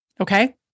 okay